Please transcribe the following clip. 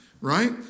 right